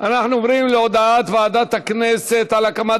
אנחנו עוברים להודעת ועדת הכנסת על הקמת